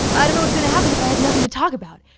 i don't know what's gonna happen if i have nothing to talk about.